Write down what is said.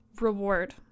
reward